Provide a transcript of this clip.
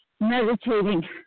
meditating